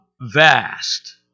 vast